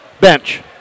bench